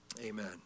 Amen